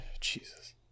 Jesus